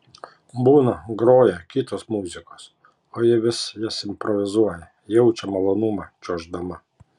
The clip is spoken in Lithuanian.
būna groja kitos muzikos o ji jas improvizuoja jaučia malonumą čiuoždama